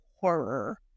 horror